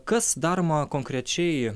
kas daroma konkrečiai